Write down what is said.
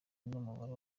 n’umubare